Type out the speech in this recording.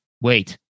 wait